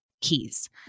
keys